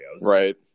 right